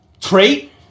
trait